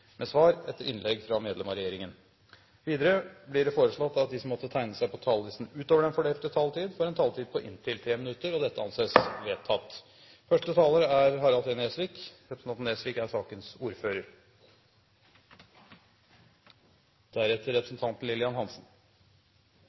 med svar etter innlegg fra medlem av regjeringen innenfor den fordelte taletid. Videre blir det foreslått at de som måtte tegne seg på talerlisten utover den fordelte taletid, får en taletid på inntil 3 minutter. – Det anses vedtatt. Første taler er Heikki Holmås, som er sakens ordfører.